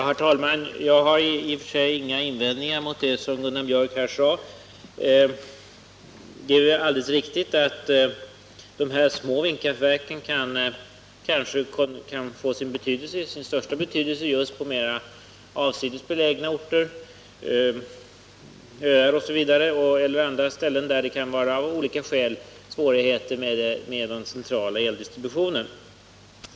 Herr talman! Jag har i och för sig inga invändningar mot det som Gunnar Biörck här sade. Det är alldeles riktigt att de små vindkraftverken kanske kan få sin största betydelse just på mer avsides belägna orter, på öar eller andra ställen där det av olika skäl kan vara svårigheter med den centrala eldistributionen.